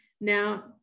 Now